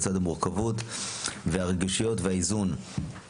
הייתי בהידברות עם משרד הבריאות על צמצום